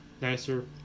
nicer